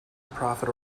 profit